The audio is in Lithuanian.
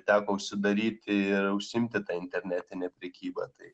teko užsidaryti ir užsiimti ta internetine prekyba tai